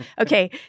okay